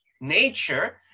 nature